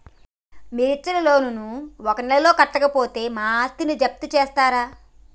మీరు ఇచ్చిన లోన్ ను ఒక నెల కట్టకపోతే మా ఆస్తిని జప్తు చేస్తరా?